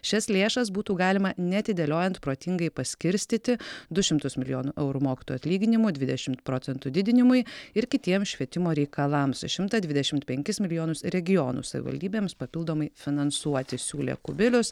šias lėšas būtų galima neatidėliojant protingai paskirstyti du šimtus milijonų eurų mokytojų atlyginimų dvidešimt procentų didinimui ir kitiems švietimo reikalams šimtą dvidešimt penkis milijonus regionų savivaldybėms papildomai finansuoti siūlė kubilius